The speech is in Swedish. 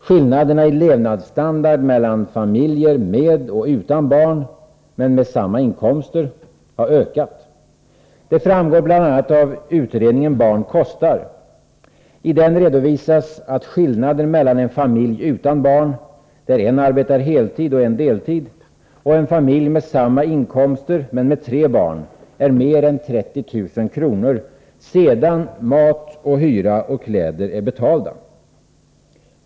Skillnaderna i levnadsstandard mellan familjer med och utan barn, men med samma inkomster, har ökat. Det framgår bl.a. av utredningen Barn kostar. Däri redovisas att skillnaden mellan en familj utan barn, där en arbetar heltid och en deltid, och en familj med samma inkomster men med tre barn är mer än 30 000 kr. — sedan mat, hyra och kläder blivit betalda.